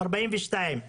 42,